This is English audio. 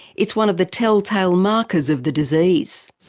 it's one of the tell-tale markers of the disease.